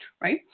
right